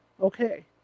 Okay